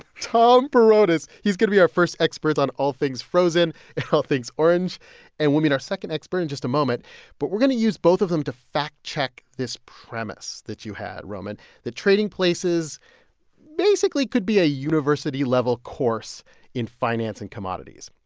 tom peronis, he's going to be our first expert on all things frozen and all things orange and we'll meet our second expert in just a moment but we're going to use both of them to fact check this premise that you had, roman. that trading places basically could be a university-level course in finance and commodities.